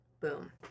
Boom